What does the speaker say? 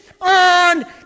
on